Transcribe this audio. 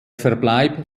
verbleib